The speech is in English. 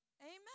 Amen